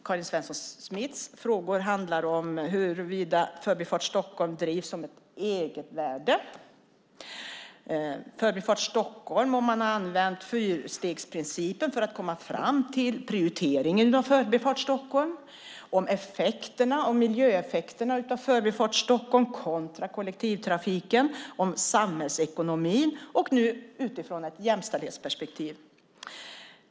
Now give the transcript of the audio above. Karin Svensson Smiths frågor handlar om huruvida Förbifart Stockholm drivs som ett egenvärde, om fyrstegsprincipen använts för att komma fram till en prioritet för Förbifart Stockholm, om miljöeffekterna av Förbifart Stockholm kontra kollektivtrafiken, om samhällsekonomin och nu alltså om Förbifart Stockholm utifrån ett jämställdhetsperspektiv.